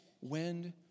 wind